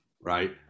Right